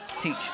Teach